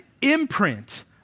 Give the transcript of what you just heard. imprint